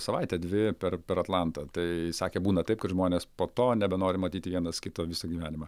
savaitę dvi per per atlantą tai sakė būna taip kad žmonės po to nebenori matyti vienas kito visą gyvenimą